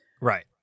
Right